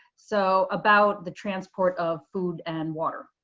so about the transport of food and water.